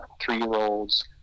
three-year-olds